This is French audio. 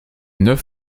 neuf